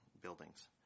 buildings